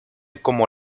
como